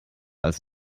als